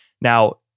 Now